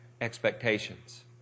expectations